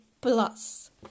plus